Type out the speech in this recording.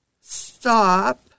Stop